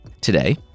Today